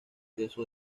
queso